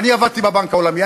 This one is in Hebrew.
אני עבדתי בבנק העולמי.